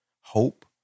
hope